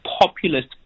populist